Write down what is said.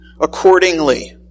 accordingly